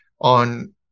on